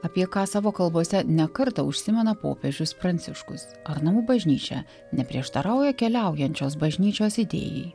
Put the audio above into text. apie ką savo kalbose ne kartą užsimena popiežius pranciškus ar namų bažnyčia neprieštarauja keliaujančios bažnyčios idėjai